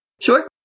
Sure